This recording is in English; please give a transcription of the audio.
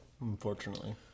Unfortunately